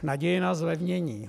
Naděje na zlevnění.